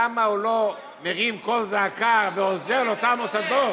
למה הוא לא מרים קול זעקה ועוזר לאותם מוסדות,